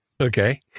Okay